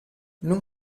non